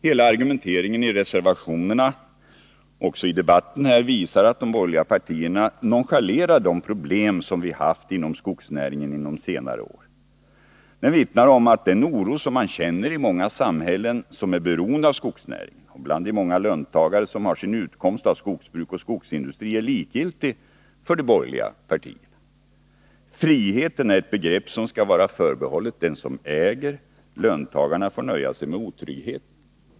Hela argumenteringen i reservationerna och också i debatten här visar att de borgerliga partierna nonchalerar de problem som vi haft inom skogsnäringen under senare år. Det vittnar om att den oro som man känner i många samhällen som är beroende av skogsnäringen och bland de många löntagare som har sin utkomst av skogsbruk och skogsindustri är likgiltig för de borgerliga partierna. Friheten är ett begrepp som skall vara förbehållet den som äger. Löntagarna får nöja sig med otryggheten.